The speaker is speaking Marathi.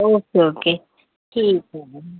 ओके ओके ठीक आहे मग